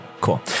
Cool